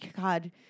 God